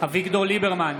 אביגדור ליברמן,